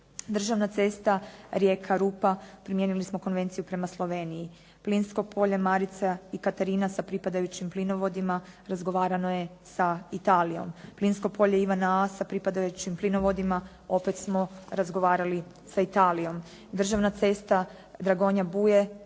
Državna cesta rijeka Rupa primijenili smo konvenciju prema Sloveniji. Plinsko polje Marica i Katarina sa pripadajućim plinovodima razgovarano je sa Italijom. Plinsko polje Ivana …/Govornik se ne razumije./… pripadajućim plinovodima, opet smo razgovarali sa Italijom. Državna cesta Dragonja Buje,